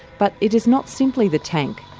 but it is not simply the tank,